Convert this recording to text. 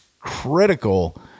critical